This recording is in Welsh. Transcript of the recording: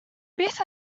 beth